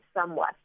somewhat